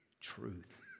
truth